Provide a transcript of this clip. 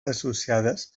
associades